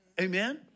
Amen